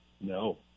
No